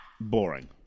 boring